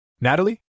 Natalie